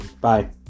Bye